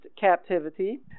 captivity